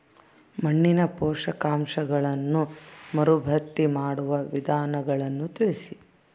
ಮಣ್ಣಿನ ಪೋಷಕಾಂಶಗಳನ್ನು ಮರುಭರ್ತಿ ಮಾಡುವ ವಿಧಾನಗಳನ್ನು ತಿಳಿಸಿ?